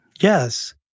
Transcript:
Yes